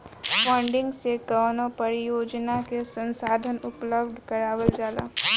funding से कवनो परियोजना के संसाधन उपलब्ध करावल जाला